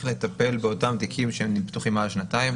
לטפל באותם תיקים שפתוחים מעל שנתיים.